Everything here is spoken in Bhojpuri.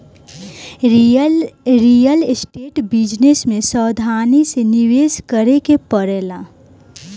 रियल स्टेट बिजनेस में सावधानी से निवेश करे के पड़ेला